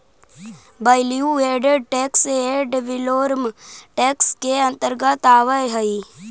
value added tax ad valorem tax के अंतर्गत आवऽ हई